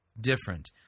different